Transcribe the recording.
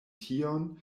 tion